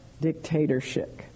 dictatorship